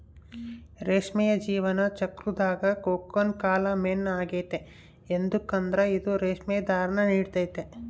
ರೇಷ್ಮೆಯ ಜೀವನ ಚಕ್ರುದಾಗ ಕೋಕೂನ್ ಕಾಲ ಮೇನ್ ಆಗೆತೆ ಯದುಕಂದ್ರ ಇದು ರೇಷ್ಮೆ ದಾರಾನ ನೀಡ್ತತೆ